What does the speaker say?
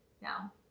now